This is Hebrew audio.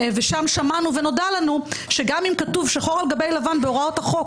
שם שמענו שגם אם כתוב שחור על גבי לבן בהוראות החוק